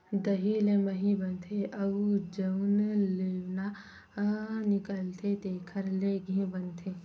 दही ले मही बनथे अउ जउन लेवना निकलथे तेखरे ले घींव बनाथे